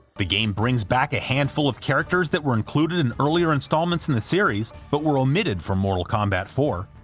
the game brings back a handful of characters that were included in earlier installments in the series but were omitted from mortal kombat four,